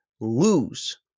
lose